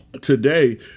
today